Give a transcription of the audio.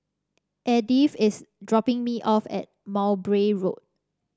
Edyth is dropping me off at Mowbray Road